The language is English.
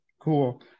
Cool